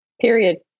Period